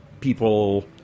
people